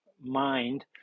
mind